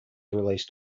released